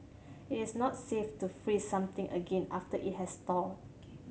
it is not safe to freeze something again after it has thawed